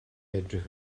edrych